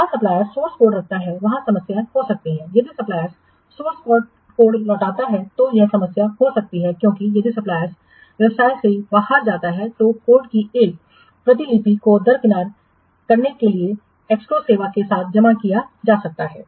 जहाँ suppliers source code रखता है वहां समस्या हो सकती है यदि सप्लायर्स स्रोत कोड लौटाता है तो यह समस्या हो सकती है क्योंकि यदि सप्लायर्स व्यवसाय से बाहर जाता है तो कोड की एक प्रतिलिपि को दरकिनार करने के लिए एस्क्रो सेवा के साथ जमा किया जा सकता है